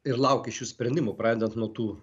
ir laukė iš jų sprendimų pradedant nuo tų